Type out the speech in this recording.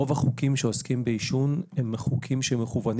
רוב החוקים שעוסקים בעישון הם חוקים שמכוונים